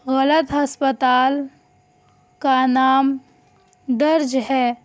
غلط ہسپتال کا نام درج ہے